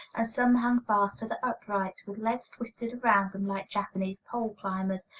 and some hang fast to the uprights, with legs twisted around them like japanese pole-climbers.